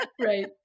Right